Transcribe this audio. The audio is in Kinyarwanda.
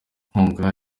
nkunga